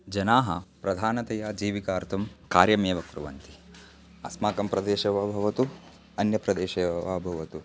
जनाः प्रधानतया जीविकार्थं कार्यमेव कुर्वन्ति अस्माकं प्रदेशे वा भवतु अन्यप्रदेशेव वा भवतु